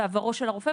בעברו של הרופא,